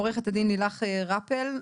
עורכת דין לילך רפל,